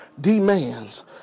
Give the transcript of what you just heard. demands